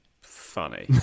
funny